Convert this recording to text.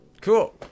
Cool